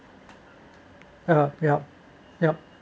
yup yup yup